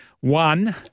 One